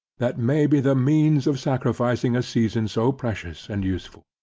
that may be the means of sacrificing a season so precious and useful.